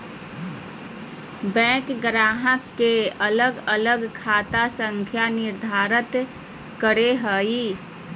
bank ग्राहक के अलग अलग खाता संख्या निर्धारित करो हइ